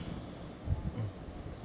mm